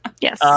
Yes